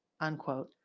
unquote